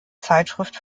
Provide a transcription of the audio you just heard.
zeitschrift